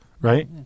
right